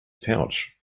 pouch